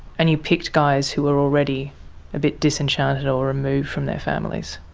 and you picked guys who were already a bit disenchanted or removed from their families.